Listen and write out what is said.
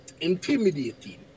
intimidating